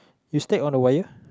you step on a wire